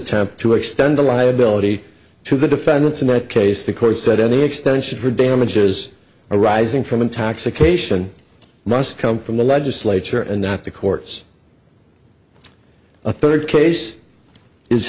attempt to extend the liability to the defendants in that case the court said any extension for damages arising from intoxication must come from the legislature and not the courts a third case is